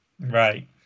Right